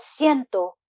siento